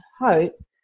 hope